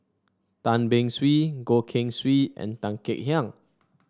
Tan Beng Swee Goh Keng Swee and Tan Kek Hiang